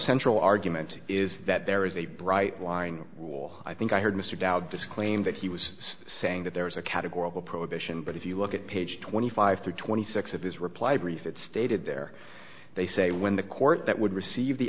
central argument is that there is a bright line rule i think i heard mr dowd this claim that he was saying that there was a categorical prohibition but if you look at page twenty five through twenty six of his reply brief it stated there they say when the court that would receive the